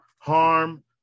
harm